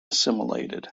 assimilated